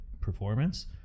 performance